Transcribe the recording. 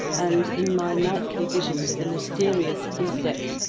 and in my nightly visions the mysterious precept,